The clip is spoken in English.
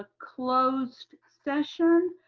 ah closed session.